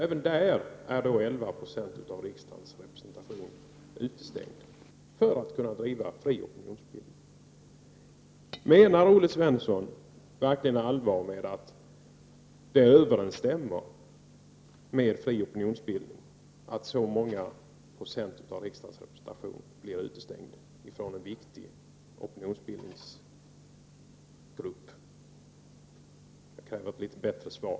Även där är 11 90 av riksdagens representation utestängd från att kunna bedriva fri opinionsbildning. Menar Olle Svensson verkligen allvar med att det överensstämmer med en fri opinionsbildning att så många procent av riksdagens representation blir utestängd från en viktig opinionsbildningsgrupp? Jag kräver ett litet bättre svar.